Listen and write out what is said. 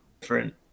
different